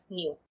new